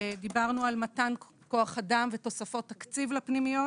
דיברנו על מתן כוח אדם ותוספות תקציב לפנימיות.